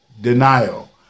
denial